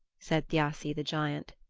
said thiassi the giant.